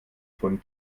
von